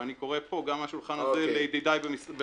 ואני קורא פה גם מהשולחן הזה לידידיי במשרד